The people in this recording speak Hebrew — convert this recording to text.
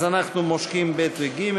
אז אנחנו מושכים (ב) ו-(ג),